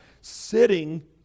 sitting